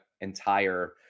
entire